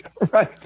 Right